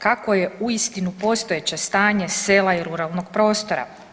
Kakvo je uistinu postojeće stanje sela i ruralnog prostora?